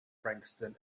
frankston